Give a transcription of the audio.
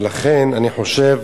ולכן, אני חושב